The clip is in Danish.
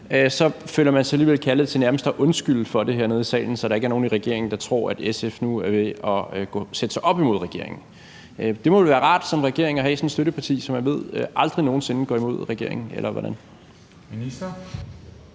føler sig kaldet til nærmest at undskylde for det hernede i salen, så der ikke er nogen i regeringen, der tror, at SF nu er ved at sætte sig op imod regeringen. Det må være rart for regeringen at have sådan et støtteparti, som man ved aldrig nogen sinde går imod regeringen